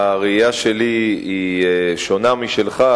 הראייה שלי היא שונה משלך,